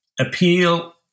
appeal